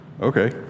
Okay